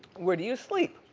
where do you sleep?